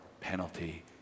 penalty